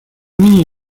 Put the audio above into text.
имени